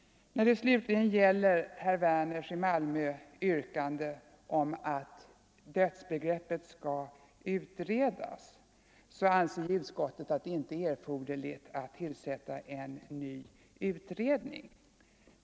När det slutligen gäller herr Werners i Malmö yrkande om att dödsbegreppet skall utredas anser utskottet att det inte är erforderligt att tillsätta en ny utredning.